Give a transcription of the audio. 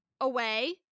away